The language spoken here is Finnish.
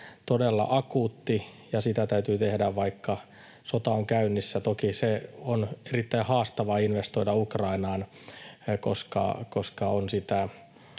todella akuutti, niin sitä täytyy tehdä, vaikka sota on käynnissä. Toki se on erittäin haastavaa, investoida Ukrainaan, koska on sitä